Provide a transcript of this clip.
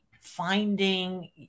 finding